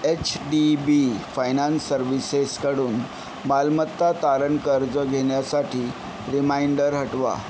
H D B finance सर्विसेसकडून मालमत्ता तारण कर्ज घेण्यासाठी रिमाइंडर हटवा